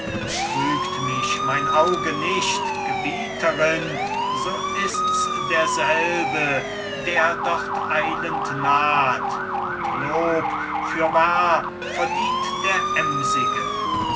trügt mich mein auge nicht gebieterin so ist's derselbe der dort eilend naht und lob fürwahr verdient der